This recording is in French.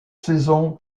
saison